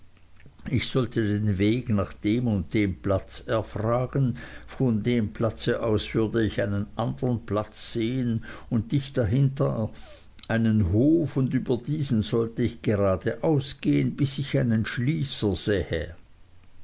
ich sollte den weg nach dem und dem platze erfragen von dem platze aus würde ich einen andern platz sehen und dicht hinter diesem einen hof und über diesen sollte ich geradeaus gehen bis ich einen schließer